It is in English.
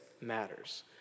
matters